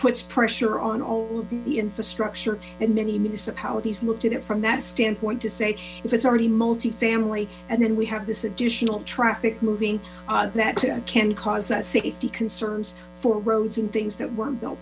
puts pressure on al the infrastructure and many municipalities looked at it from that standpoint to say if it's already multifamily and then we have this additional traffic moving that can cause safety concerns for roads and things that